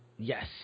Yes